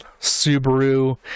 Subaru